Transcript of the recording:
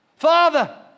Father